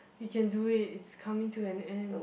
we can do it it's coming to an end